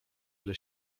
ile